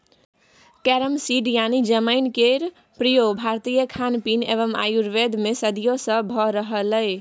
carrom seed यानी जमैन केर प्रयोग भारतीय खानपीन एवं आयुर्वेद मे सदियों सँ भ रहलैए